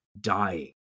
dying